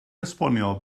esbonio